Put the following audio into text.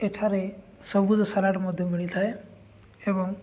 ଏଠାରେ ସବୁଜ ସାଲାଡ଼୍ ମଧ୍ୟ ମିଳିଥାଏ ଏବଂ